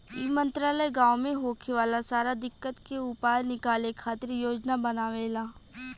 ई मंत्रालय गाँव मे होखे वाला सारा दिक्कत के उपाय निकाले खातिर योजना बनावेला